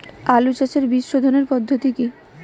আলু চাষের বীজ সোধনের পদ্ধতি কি?